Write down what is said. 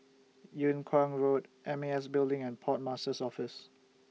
Yung Kuang Road M A S Building and Port Master's Office